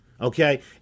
Okay